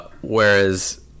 whereas